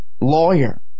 lawyer